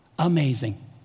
Amazing